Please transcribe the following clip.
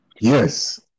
Yes